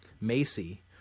Macy